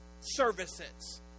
services